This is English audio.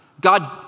God